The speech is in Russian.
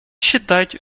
считать